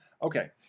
Okay